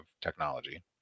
technology